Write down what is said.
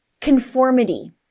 conformity